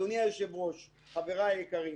אדוני היושב-ראש, חבריי היקרים,